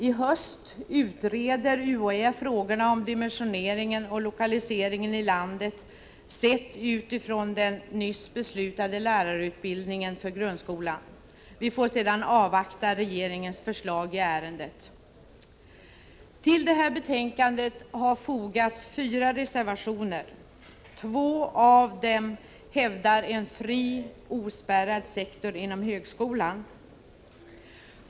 I höst utreder UHÄ frågorna om dimensioneringen och lokaliseringen i landet sett utifrån den nyss beslutade lärarutbildningen för grundskolan. Vi får sedan avvakta regeringens förslag i ärendet. Till detta betänkande har fogats fyra reservationer. I två av dessa hävdas att det bör finnas en fri, ospärrad sektor inom högskolan.